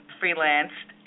freelanced